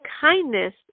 kindness